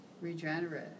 regenerate